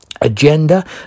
Agenda